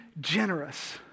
generous